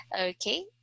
Okay